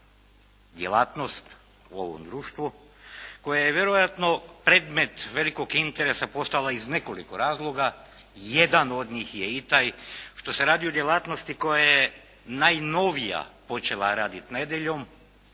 djelatnost u ovom društvu koja je vjerojatno predmet velikog interesa postala iz nekoliko razloga, jedan od njih je i taj što se radi o djelatnosti koja je najnovija počela raditi nedjeljom,